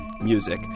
music